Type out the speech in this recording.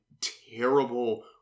terrible